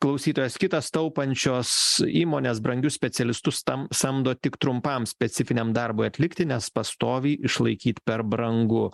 klausytojas kitas taupančios įmonės brangius specialistus tam samdo tik trumpam specifiniam darbui atlikti nes pastoviai išlaikyt per brangu